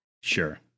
Sure